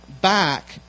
back